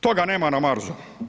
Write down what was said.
Toga nema na Marsu.